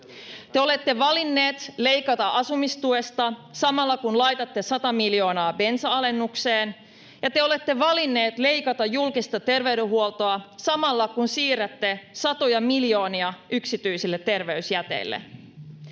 Te olette valinneet leikata asumistuesta samalla, kun laitatte sata miljoonaa bensa-alennukseen, ja te olette valinneet leikata julkista terveydenhuoltoa samalla, kun siirrätte satoja miljoonia yksityisille terveysjäteille.